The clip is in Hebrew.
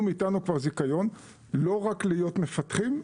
מאיתנו כבר זיכיון לא רק להיות מפקחים,